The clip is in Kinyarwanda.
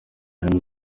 harimo